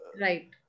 Right